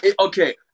Okay